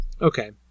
okay